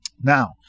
Now